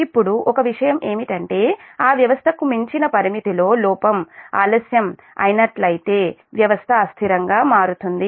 ఇప్పుడు ఒక విషయం ఏమిటంటే ఆ వ్యవస్థకు మించిన పరిమితి లో లోపం ఆలస్యం అయినట్లయితే వ్యవస్థ అస్థిరంగా మారుతుంది